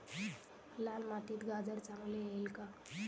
लाल मातीत गाजर चांगले येईल का?